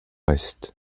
est